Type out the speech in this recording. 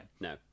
no